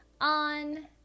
on